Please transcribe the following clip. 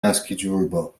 naskiĝurbo